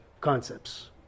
concepts